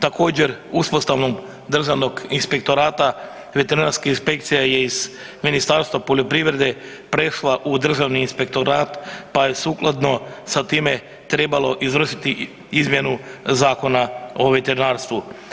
Također, uspostavom Državnog inspektorata veterinarska inspekcija je iz Ministarstva poljoprivrede prešla u Državni inspektorat pa je sukladno sa time trebalo izvršiti i izmjenu Zakona o veterinarstvu.